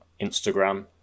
Instagram